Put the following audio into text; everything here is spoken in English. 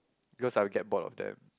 because I will get bored of them